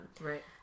right